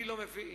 אני לא מבין